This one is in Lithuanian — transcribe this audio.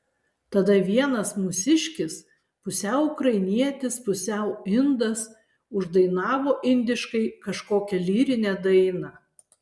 tada vienas mūsiškis pusiau ukrainietis pusiau indas uždainavo indiškai kažkokią lyrinę dainą